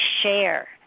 share